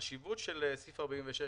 החשיבות של סעיף 46,